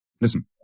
Listen